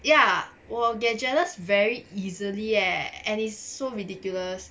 ya 我 get jealous very easily eh and it's so ridiculous